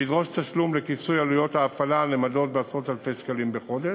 שידרוש תשלום לכיסוי עלויות ההפעלה הנאמדות בעשרות-אלפי שקלים בחודש.